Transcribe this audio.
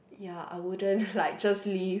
ya I wouldn't just leave